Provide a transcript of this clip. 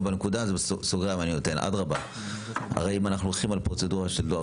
אנחנו הולכים על פרוצדורה של דואר